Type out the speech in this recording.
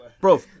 Bro